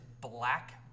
black